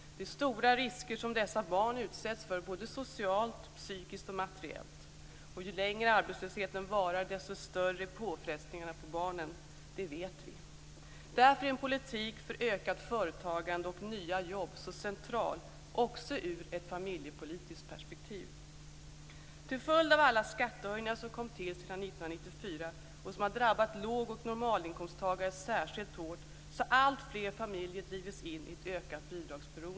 Det är stora risker som dessa barn utsätts för socialt, psykiskt och materiellt. Och ju längre arbetslösheten varar, desto större är påfrestningarna på barnen. Det vet vi. Därför är en politik för ökat företagande och nya jobb så central också ur ett familjepolitiskt perspektiv. Till följd av alla skattehöjningar som har kommit till sedan 1994, och som har drabbat låg och normalinkomsttagare särskilt hårt, har alltfler familjer drivits in i ett ökat bidragsberoende.